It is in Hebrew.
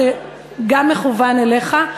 זה גם מכוון אליך.